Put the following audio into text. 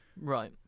Right